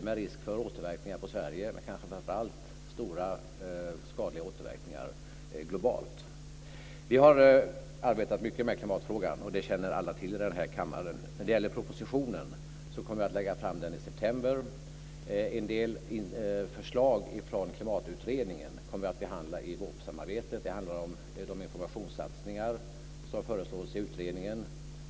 Med risk för återverkningar på Sverige, men kanske framför allt stora skadliga återverkningar globalt. Vi har arbetat mycket med klimatfrågan. Det känner alla till i den här kammaren. Propositionen kommer jag att lägga fram i september. En del förslag från Klimatutredningen kommer vi att behandla i VÅP-samarbetet. Det handlar om de informationssatsningar som föreslås i utredningen.